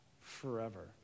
forever